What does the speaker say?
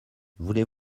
voulez